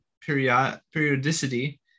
periodicity